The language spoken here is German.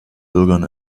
bürgern